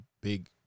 big